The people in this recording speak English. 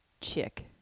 chick